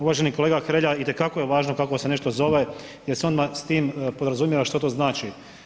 Uvaženi kolega Hrelja, itekako je važno kak se nešto zove jer se odmah s tim podrazumijeva što to znači.